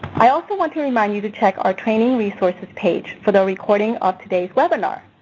i also want to remind you to check our training resources page for the recording of today's webinar.